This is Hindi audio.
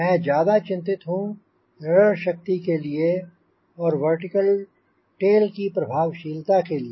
मैं ज्यादा चिंतित हूँ रडर शक्ति के लिए और वर्टिकल टेल की प्रभावशालीता के लिए